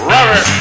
Rubber